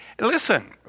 listen